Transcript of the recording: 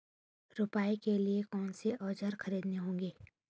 रोपाई के लिए कौन से औज़ार खरीदने होंगे?